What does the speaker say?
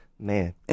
Man